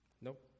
Nope